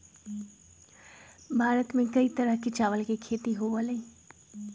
भारत में कई तरह के चावल के खेती होबा हई